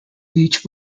beach